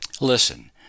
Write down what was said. Listen